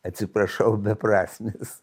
atsiprašau beprasmis